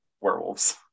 werewolves